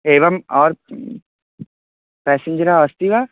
एवम् ओर् पेसञ्जरः अस्ति वा